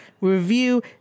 review